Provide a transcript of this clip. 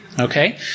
Okay